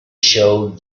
showed